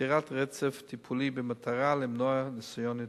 ויצירת רצף טיפולי במטרה למנוע ניסיון התאבדות.